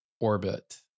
orbit